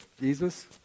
Jesus